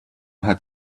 hat